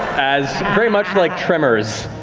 as, very much like tremors,